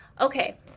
Okay